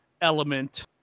element